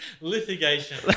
Litigation